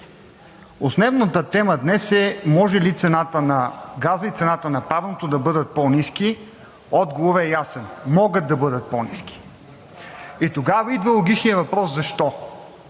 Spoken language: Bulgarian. основната тема днес е: може ли цената на газа и цената на парното да бъдат по-ниски? Отговорът е ясен: могат да бъдат по-ниски. Тогава идва логичният въпрос: защо